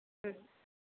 ம்